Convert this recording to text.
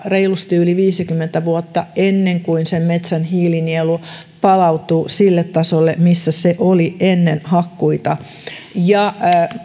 reilusti yli viisikymmentä vuotta ennen kuin metsän hiilinielu palautuu sille tasolle missä se oli ennen hakkuita ja